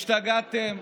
השתגעתם?